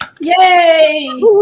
yay